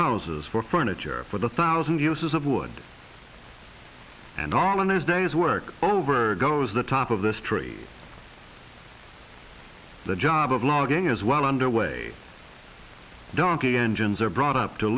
houses for furniture for the thousand uses of wood and all in his day's work over goes the top of this tree the job of logging is well underway donkey engines are brought up to